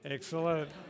Excellent